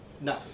No